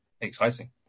exciting